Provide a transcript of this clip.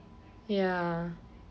ya